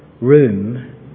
room